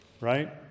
Right